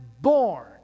born